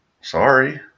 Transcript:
sorry